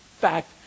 fact